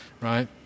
right